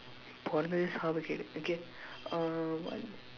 பொன்ன சாவக்கேடு:ponna saavakkeedu okay uh one